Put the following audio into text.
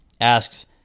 asks